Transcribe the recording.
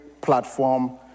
platform